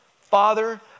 Father